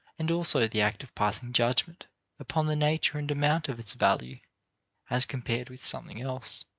and also the act of passing judgment upon the nature and amount of its value as compared with something else.